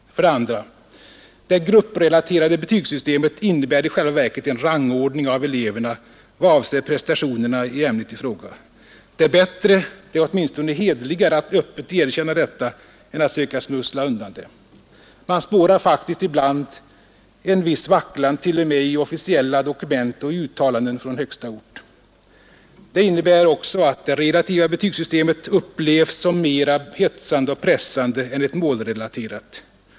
För det andra innebär det grupprelaterade betygssystemet i själva verket en rangordning av eleverna i vad avser prestationerna i ämnet i fråga. Det är bättre — det är ätminstone hederligare — att öppet erkänna detta än att söka smussla undan det. Man spårar faktiskt ibland en viss vacklan 1.0. m. i officiella dokument och i uttalanden från högsta ort. Det innebär också att det relativa betygssystemet upplevs som mera hetsande och pressande än ett malrelaterat.